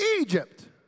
Egypt